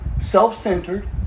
Self-centered